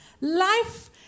Life